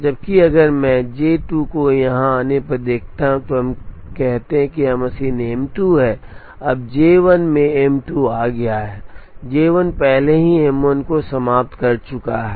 जबकि अगर मैं J 2 को वहां आने पर देखता हूं तो हम कहें कि यह मशीन M 2 है अब J 1 में M 2 आ गया है J 1 पहले ही M 1 को समाप्त कर चुका है